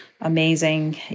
amazing